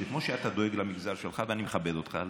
שכמו שאתה דואג למגזר שלך, ואני מכבד אותך על זה,